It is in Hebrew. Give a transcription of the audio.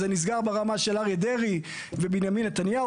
זה נסגר ברמה של אריה דרעי ובנימין נתניהו,